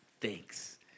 thanks